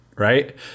right